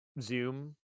Zoom